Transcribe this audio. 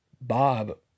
Bob